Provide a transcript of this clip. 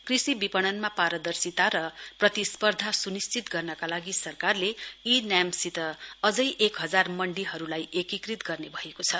कृषि विपणनमा पारदर्शिता र प्रतिस्पर्धा सुनिशअचित गर्नका लागि सरकारले ई एनएएम सित अझै एक हजार मण्डीहरूलाई एकीकृत गर्ने भएको छ